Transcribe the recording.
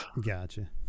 Gotcha